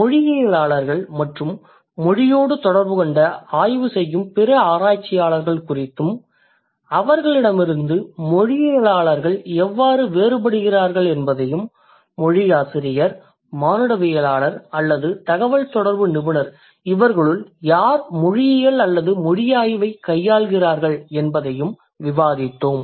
மொழியியலாளர்கள் மற்றும் மொழியோடு தொடர்புகொண்ட ஆய்வு செய்யும் பிற ஆராய்ச்சியாளர்கள் குறித்தும் அவர்களிடமிருந்து மொழியியலாளர்கள் எவ்வாறு வேறுபடுகிறார்கள் என்பதையும் மொழி ஆசிரியர் மானுடவியலாளர் அல்லது தகவல்தொடர்பு நிபுணர் இவர்களுள் யார் மொழியியல் அல்லது மொழிஆய்வைக் கையாள்கிறார்கள் என்பதையும் விவாதித்தோம்